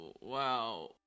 Wow